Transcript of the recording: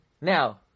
Now